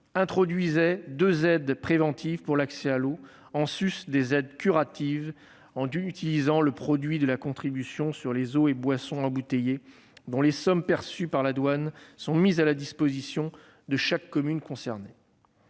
introduisaient deux aides préventives pour l'accès à l'eau en sus des aides curatives, en utilisant le produit de la contribution sur les eaux et boissons embouteillées, dont les sommes perçues par la douane sont mises à la disposition de chaque commune concernée.